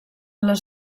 les